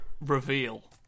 Reveal